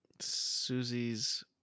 Susie's